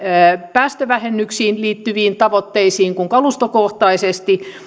päästövähennyksiin liittyvien tavoitteiden osalta kuin kalustokohtaisesti